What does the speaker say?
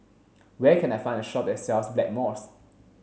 where can I find a shop that sells Blackmores